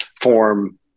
form